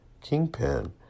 kingpin